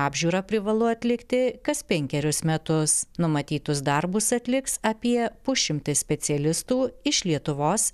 apžiūrą privalu atlikti kas penkerius metus numatytus darbus atliks apie pusšimtis specialistų iš lietuvos